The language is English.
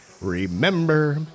remember